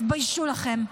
תתביישו לכם.